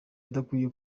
udakwiye